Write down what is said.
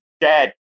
dead